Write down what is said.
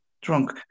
Drunk